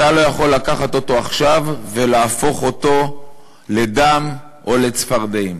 אתה לא יכול לקחת אותו עכשיו ולהפוך אותו לדם או לצפרדעים.